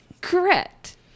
Correct